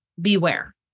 Beware